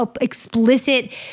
explicit